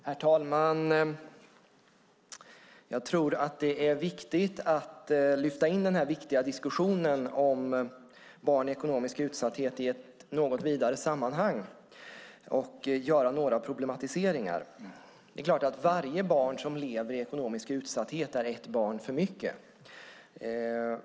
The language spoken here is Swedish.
Herr talman! Jag tror att det är betydelsefullt att lyfta in den viktiga diskussionen om barn i ekonomisk utsatthet i ett något vidare sammanhang och att göra några problematiseringar. Det är klart att varje barn som lever i ekonomisk utsatthet är ett för mycket.